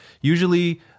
usually